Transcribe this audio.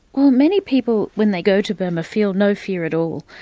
well many people when they go to burma feel no fear at all.